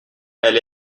elle